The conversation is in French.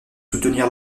soutenir